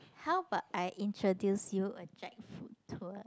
how about I introduce you a jackfruit tour